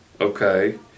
okay